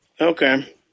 Okay